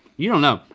you don't know.